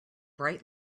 bright